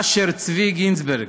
אשר צבי גינצברג,